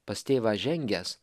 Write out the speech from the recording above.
pas tėvą žengęs